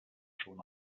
schon